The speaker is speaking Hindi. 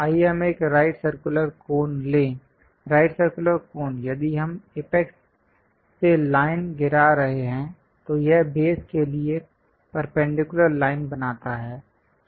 आइए हम एक राइट सर्कुलर कोन लें राइट सर्कुलर कोन यदि हम अपेक्स से लाइन गिरा रहे हैं तो यह बेस के लिए परपेंडिकुलर लाइन बनाता है